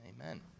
amen